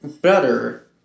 better